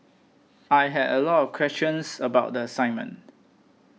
I had a lot of questions about the assignment